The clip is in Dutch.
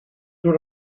door